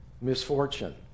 misfortune